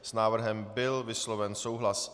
S návrhem byl vysloven souhlas.